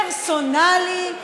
פרסונלי,